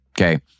Okay